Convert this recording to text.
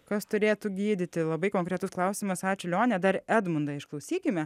kas turėtų gydyti labai konkretus klausimas ačiū lione dar edmundą išklausykime